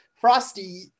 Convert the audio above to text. Frosty